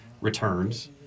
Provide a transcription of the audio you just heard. returns